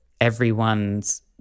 everyone's